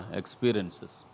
experiences